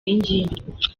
y’ingimbi